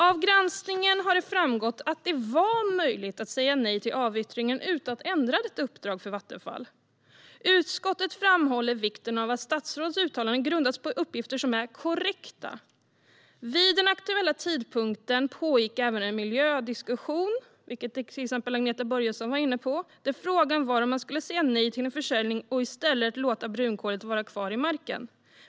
Av granskningen har det framgått att det var möjligt att säga nej till avyttringen utan att ändra detta uppdrag för Vattenfall. Utskottet framhåller vikten av att statsråds uttalanden grundas på uppgifter som är korrekta. Vid den aktuella tidpunkten pågick även en miljödiskussion, vilket till exempel Agneta Börjesson var inne på, där frågan var om man skulle säga nej till en försäljning och i stället låta brunkolet vara kvar i marken.